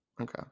Okay